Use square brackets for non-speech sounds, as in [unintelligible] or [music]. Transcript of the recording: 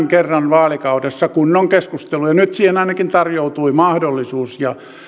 [unintelligible] kerran vaalikaudessa kunnon keskustelu ja nyt siihen ainakin tarjoutui mahdollisuus